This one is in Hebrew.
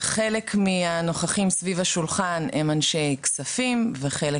חלק מהנוכחים סביב השולחן הם אנשי כספים וחלק